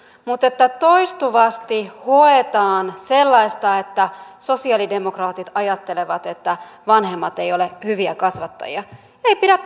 mutta että toistuvasti hoetaan sellaista että sosialidemokraatit ajattelevat että vanhemmat eivät ole hyviä kasvattajia ei pidä